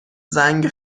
زنگ